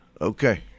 Okay